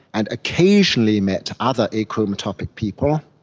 and occasionally met other achromatopic people,